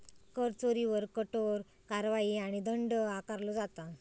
कर चोरीवर कठोर कारवाई आणि दंड आकारलो जाता